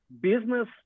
business